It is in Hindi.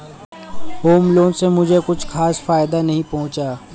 होम लोन से मुझे कुछ खास फायदा नहीं पहुंचा